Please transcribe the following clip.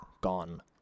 gone